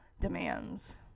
demands